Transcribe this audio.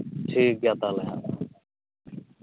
ᱴᱷᱤᱠ ᱜᱮᱭᱟ ᱛᱟᱦᱚᱞᱮ ᱦᱟᱸᱜ